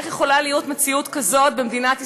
איך יכולה להיות מציאות כזאת במדינת ישראל,